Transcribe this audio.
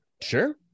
sure